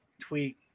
tweet